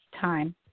time